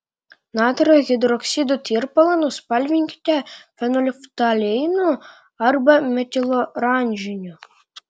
natrio hidroksido tirpalą nuspalvinkite fenolftaleinu arba metiloranžiniu